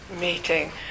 meeting